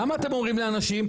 למה אתם אומרים לאנשים?